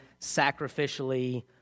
sacrificially